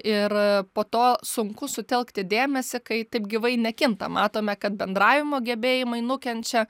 ir po to sunku sutelkti dėmesį kai taip gyvai nekinta matome kad bendravimo gebėjimai nukenčia